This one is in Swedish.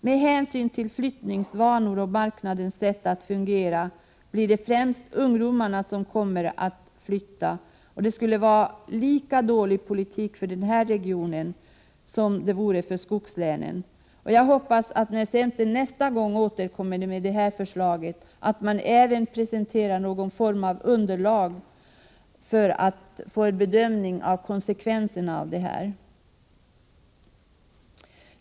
Med hänsyn till flyttningsvanor och arbetsmarknadens sätt att fungera blir det främst ungdomar som kommer att flytta, och det skulle vara en lika dålig politik för den här regionen som för skogslänen. Jag hoppas att centern nästa gång centern återkommer med det här förslaget även presenterar någon form av underlag och en bedömning av konsekvenserna.